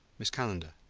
miss calendar,